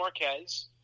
Marquez